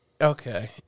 okay